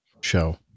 show